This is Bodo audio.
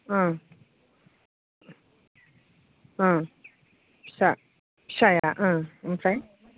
ओं ओं फिसा फिसाया ओं ओमफ्राय